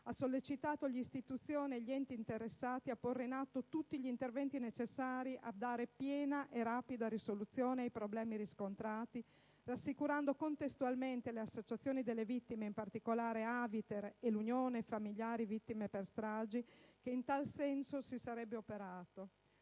ha sollecitato le istituzioni e gli enti interessati a porre in atto tutte gli interventi necessari a dare piena e rapida soluzione ai problemi riscontrati, rassicurando contestualmente le associazioni delle vittime (in particolare l'AIVITER e Unione familiari vittime per stragi) che in tal senso si sarebbe operato.